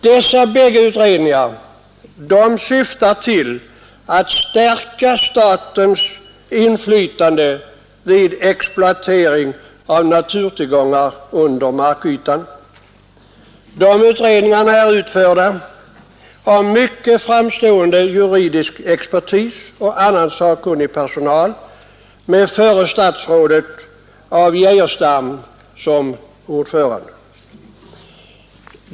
Dessa bägge utredningar syftar till att stärka statens inflytande vid exploatering av naturtillgångar under markytan. De är utförda av mycket framstående juridisk expertis och andra sakkunniga personer, med förra statsrådet af Geijerstam som ordförande.